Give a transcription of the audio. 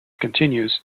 continues